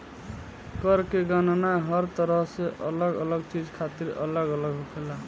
कर के गणना हर तरह के अलग अलग चीज खातिर अलग अलग होखेला